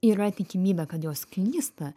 yra tikimybė kad jos klysta